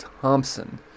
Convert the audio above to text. Thompson